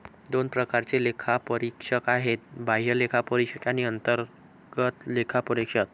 दोन प्रकारचे लेखापरीक्षक आहेत, बाह्य लेखापरीक्षक आणि अंतर्गत लेखापरीक्षक